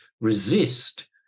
resist